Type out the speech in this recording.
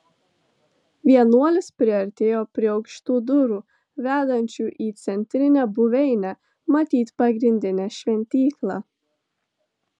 vienuolis priartėjo prie aukštų durų vedančių į centrinę buveinę matyt pagrindinę šventyklą